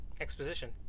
Exposition